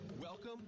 welcome